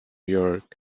york